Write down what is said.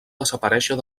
desaparèixer